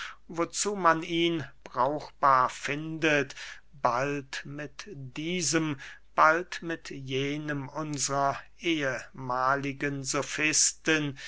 wozu man ihn brauchbar findet bald mit diesem bald mit jenem unsrer ehmahligen